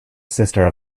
sister